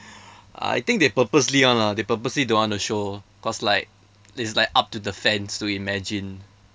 I think they purposely [one] lah they purposely don't want to show cause like it's like up to the fans to imagine